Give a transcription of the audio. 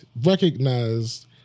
recognized